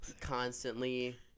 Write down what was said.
constantly